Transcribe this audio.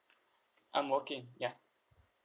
I'm working ya